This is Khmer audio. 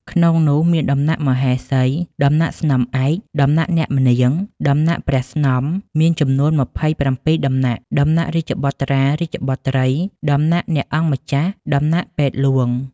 ក្នុងនោះមានដំណាក់មហេសី ដំណាក់សំ្នឯក ដំណាក់អ្នកម្នាង ដំណាក់ព្រះស្នំមានចំនួន ២៧ដំណាក់ ដំណាក់រាជបុត្រា-រាជបុត្រី ដំណាក់អ្នកអង្គម្ចាស់ ដំណាក់ពេទ្យហ្លួង ។